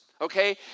Okay